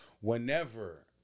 whenever